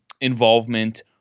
involvement